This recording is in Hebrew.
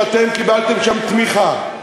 שאתם קיבלתם שם תמיכה.